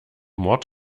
mord